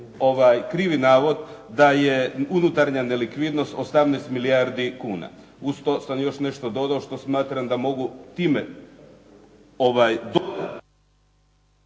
krivi navod da je unutarnja nelikvidnost 18 milijardi kuna, uz to sam još nešto dodao što smatram da mogu time još